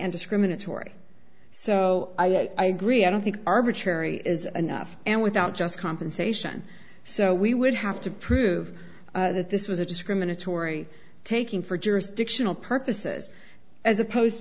and discriminatory so i don't think arbitrary is enough and without just compensation so we would have to prove that this was a discriminatory taking for jurisdictional purposes as opposed